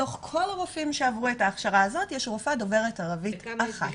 מתוך כל הרופאים שעברו את ההכשרה הזאת יש רופאה דוברת ערבית אחת.